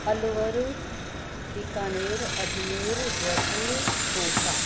Alwar Bikaner Ajmer Jaipur dosa